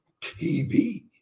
TV